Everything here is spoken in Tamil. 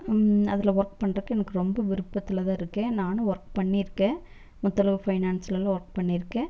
அதில் ஒர்க் பண்ணுறதுக்கு எனக்கு ரொம்ப விருப்பத்தில்தான் இருக்கேன் நானும் ஒர்க் பண்ணிருக்கேன் முத்தழகு ஃபைனான்ஸ்லலாம் ஒர்க் பண்ணிருக்கேன்